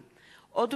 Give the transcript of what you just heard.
סמכויות פקחים),